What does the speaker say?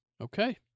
Okay